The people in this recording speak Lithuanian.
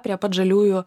prie pat žaliųjų